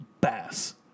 bass